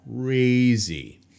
Crazy